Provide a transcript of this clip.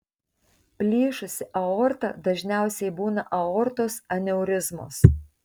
plyšusi aorta dažniausiai būna aortos aneurizmos